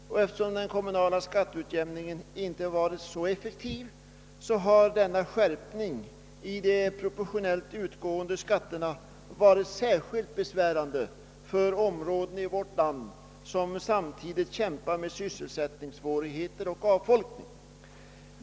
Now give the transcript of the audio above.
Eftersom den kommunala skatteutjämningen inte varit så effektiv har denna skärpning av de proportionelit utgående skatterna blivit särskilt besvärande för områden i vårt land som samtidigt kämpar med sysselsättningssvårigheter och avfolkning.